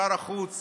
שר החוץ